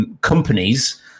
companies